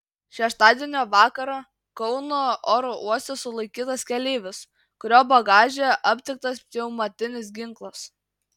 šeštadienio vakarą kauno oro uoste sulaikytas keleivis kurio bagaže aptiktas pneumatinis ginklas